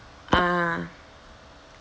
ah